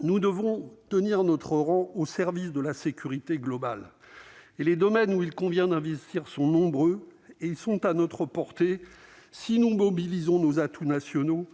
Nous devons tenir notre rang au service de la sécurité globale et les domaines où il convient d'investir sont nombreux et ils sont à notre portée, si nous mobilisons nos atouts nationaux